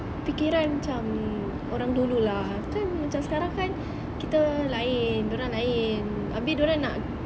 pikiran cam mm orang dulu lah kan macam sekarang kan kita lain dorang lain abeh diorang nak